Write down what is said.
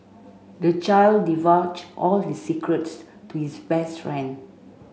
the child divulged all his secrets to his best friend